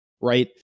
right